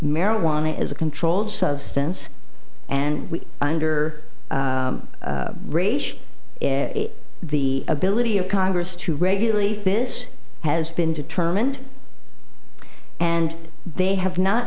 marijuana is a controlled substance and under ration is the ability of congress to regularly this has been determined and they have not